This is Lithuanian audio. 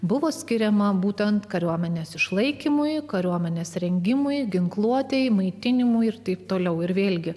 buvo skiriama būtent kariuomenės išlaikymui kariuomenės rengimui ginkluotėje maitinimui ir taip toliau ir vėlgi